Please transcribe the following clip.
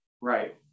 Right